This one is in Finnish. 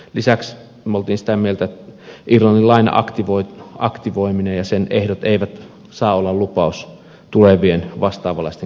lisäksi me olimme sitä mieltä että irlannin lainan aktivoiminen ja sen ehdot eivät saa olla lupaus tulevien vastaavanlaisten